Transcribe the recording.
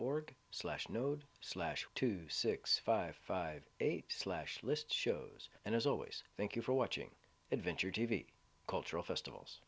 org slash node slash two six five five eight slash list shows and as always thank you for watching adventure t v cultural festivals